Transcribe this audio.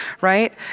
right